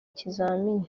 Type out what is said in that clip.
kizamini